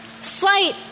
slight